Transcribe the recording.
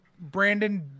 Brandon